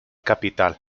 capital